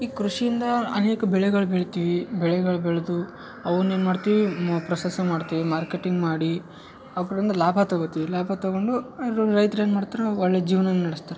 ಈ ಕೃಷಿಯಿಂದ ಅನೇಕ ಬೆಳೆಗಳು ಬೆಳಿತೀವಿ ಬೆಳೆಗಳು ಬೆಳೆದು ಅವ್ನ ಏನು ಮಾಡ್ತೀನಿ ಮ ಪ್ರೊಸೆಸ ಮಾಡ್ತೀವಿ ಮಾರ್ಕೆಟಿಂಗ್ ಮಾಡಿ ಅದರಿಂದ ಲಾಭ ತಗೊತೀವಿ ಲಾಭ ತೊಗೊಂಡು ರೈತ್ರು ಏನು ಮಾಡ್ತ್ರೆ ಒಳ್ಳೆಯ ಜೀವನ ನಡೆಸ್ತಾರೆ